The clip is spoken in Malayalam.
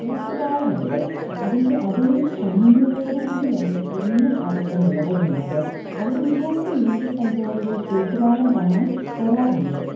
തൂക്കു പാലമുണ്ട് അതിൻ്റെ അതേ തനിമയോടു കൂടിയാണ് ഇന്നും അതവിടെ നിലകൊള്ളുന്നത് അവിടെ ഒരുപാട് വിനോദസഞ്ചാരികൾ തൂക്കുപാലം കാണാൻ വരാറുണ്ട്